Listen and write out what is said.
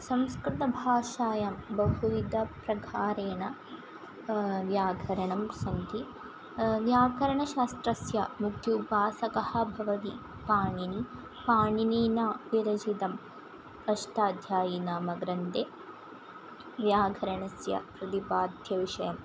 संस्कृतभाषायां बहुविधप्रकारेण व्याकरणं सन्ति व्याकरणशास्त्रस्य मुख्य उपासकः भवति पाणिनिः पाणिनीना विरचितम् अष्टाध्यायी नाम ग्रन्थे व्याकरणस्य प्रतिपाद्यविषयम्